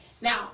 Now